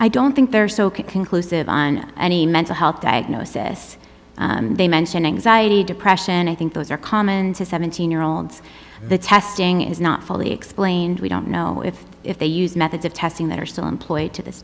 i don't think they're so conclusive on any mental health diagnosis they mention anxiety depression and i think those are common to seventeen year olds and the testing is not fully explained we don't know if if they use methods of testing that are still employed to this